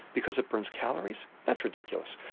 because it burns calories? that's ridiculous.